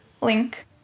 link